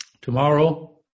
Tomorrow